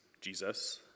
Jesus